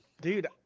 Dude